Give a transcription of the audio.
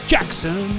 Jackson